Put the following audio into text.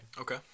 Okay